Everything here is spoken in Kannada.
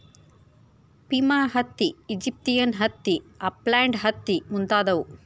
ಪಿಮಾ ಹತ್ತಿ, ಈಜಿಪ್ತಿಯನ್ ಹತ್ತಿ, ಅಪ್ಲ್ಯಾಂಡ ಹತ್ತಿ ಮುಂತಾದವು